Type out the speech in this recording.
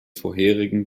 vorherigen